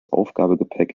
aufgabegepäck